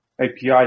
API